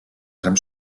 tram